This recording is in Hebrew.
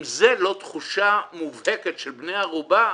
אם זו לא תחושה מובהקת של בני ערובה,